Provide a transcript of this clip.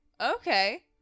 Okay